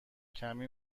کمی